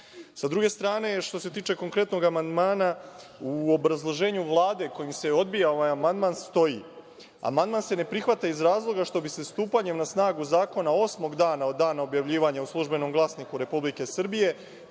druge strane, što se tiče konkretnog amandmana, u obrazloženju Vlade kojim se odbija ovaj amandman stoji – amandman se ne prihvata iz razloga što bi se stupanjem na snagu zakona, osmog dana od dana objavljivanja u „Službenom glasniku RS“, pomerila